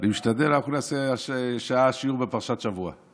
אשתדל, נעשה שעה של שיעור בפרשת השבוע.